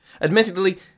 Admittedly